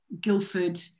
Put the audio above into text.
Guildford